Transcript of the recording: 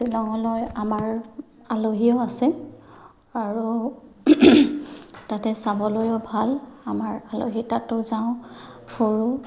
শ্বিলঙলৈ আমাৰ আলহীও আছে আৰু তাতে চাবলৈও ভাল আমাৰ আলহী তাতো যাওঁ সৰু